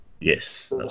Yes